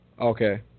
Okay